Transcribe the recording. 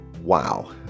wow